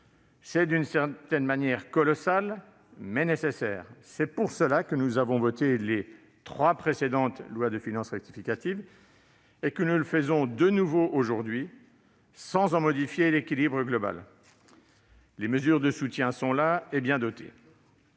C'est, d'une certaine manière, colossal, mais c'est nécessaire. C'est la raison pour laquelle nous avons voté les trois précédentes lois de finances rectificatives et que nous voterons la quatrième aujourd'hui sans en modifier l'équilibre global. Les mesures de soutien sont là et bien dotées.